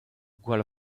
gwall